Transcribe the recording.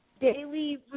daily